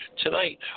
tonight